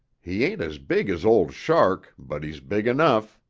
he ain't as big as old shark, but he's big enough.